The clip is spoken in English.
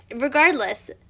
regardless